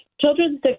Children's